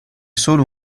solo